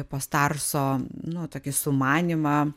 post arso nu tokį sumanymą